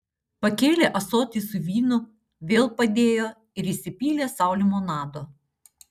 pakėlė ąsotį su vynu vėl padėjo ir įsipylė sau limonado